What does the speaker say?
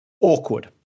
awkward